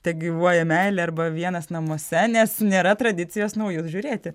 tegyvuoja meilė arba vienas namuose nes nėra tradicijos naujus žiūrėti